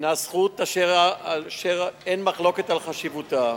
הינה זכות אשר אין מחלוקת על חשיבותה,